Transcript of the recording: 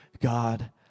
God